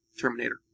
Terminator